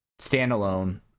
standalone